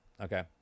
Okay